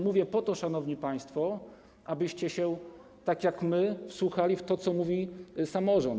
Mówię to po to, szanowni państwo, abyście się tak jak my wsłuchali w to, co mówi samorząd.